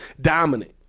dominant